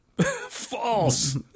False